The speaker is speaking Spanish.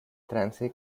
trance